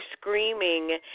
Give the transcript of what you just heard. screaming